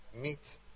meet